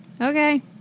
Okay